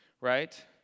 right